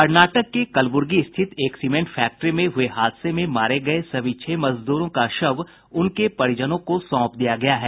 कर्नाटक के कलब्र्गी स्थित एक सीमेंट फैक्ट्री में हुये हादसे में मारे गये सभी छह मजदूरों का शव उनके परिजनों को सौंप दिया गया है